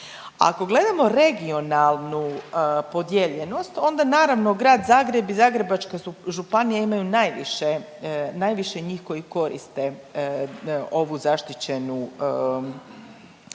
Ako gledamo regionalnu podijeljenost onda naravno grad Zagreb i Zagrebačka županija imaju najviše njih koji koriste ovu zaštićenu